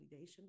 validation